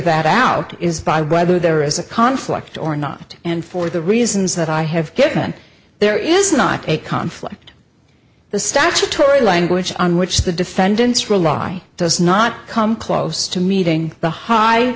that out is by whether there is a conflict or not and for the reasons that i have given there is not a conflict the statutory language on which the defendants rely does not come close to meeting the high